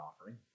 offering